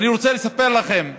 ואני רוצה לספר לכם: